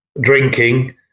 drinking